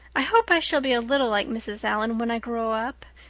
i hope i shall be a little like mrs. allan when i grow up.